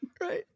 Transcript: right